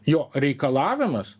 jo reikalavimas